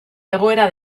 egoera